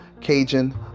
Cajun